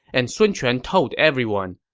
and sun quan told everyone,